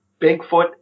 Bigfoot